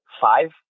five